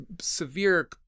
severe